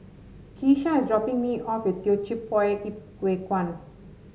Keesha is dropping me off at Teochew Poit Ip Huay Kuan